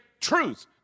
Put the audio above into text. truth